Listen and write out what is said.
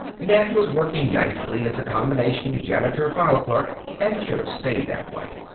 ned was working nicely as a combination janitor-file clerk and should have stayed that way.